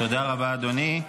תודה רבה, אדוני.